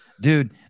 Dude